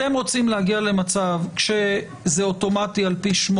אתם רוצים להגיע למצב שזה אוטומטי על פי 8?